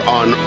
on